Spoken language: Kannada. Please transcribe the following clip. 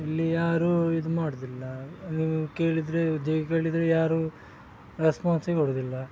ಇಲ್ಲಿ ಯಾರು ಇದು ಮಾಡೋದಿಲ್ಲ ನೀವು ಕೇಳಿದರೆ ಉದ್ಯೋಗ ಕೇಳಿದರೆ ಯಾರು ರೆಸ್ಪಾನ್ಸೇ ಕೊಡೋದಿಲ್ಲ